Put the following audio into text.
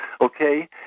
okay